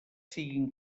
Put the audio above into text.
siguin